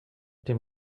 dem